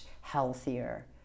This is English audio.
healthier